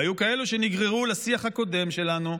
והיו כאלה שנגררו לשיח הקודם שלנו,